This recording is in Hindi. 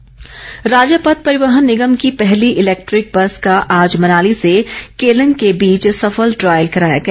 इलैक्ट्रिक बस राज्य पथ परिवहन निगम की पहली इलैक्टिक बस का आज मनाली से केलंग के बीच सफल टायल कराया गया